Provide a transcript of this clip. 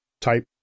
type